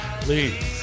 please